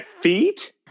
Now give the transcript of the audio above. feet